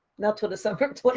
not til december of